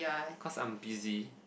cause I'm busy